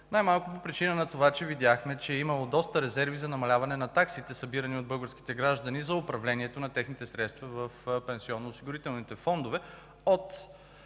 най-малкото по причина на това, че видяхме, че е имало доста резерви за намаляване на таксите събирани от българските граждани за управлението на техните средства в пенсионноосигурителните фондове